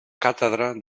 càtedra